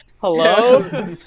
Hello